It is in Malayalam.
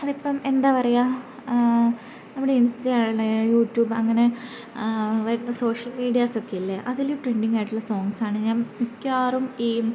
അതിപ്പം എന്താ പറയുക നമ്മുടെ ഇൻസ്റ്റയിലെ യൂട്യൂബ് അങ്ങനെ വരുന്ന സോഷ്യൽ മീഡിയാസൊക്കെയല്ലേ അതിൽ ട്രെൻറ്റിങ്ങായിട്ടുള്ള സോങ്സാണ് ഞാൻ മിക്കവാറും ഈ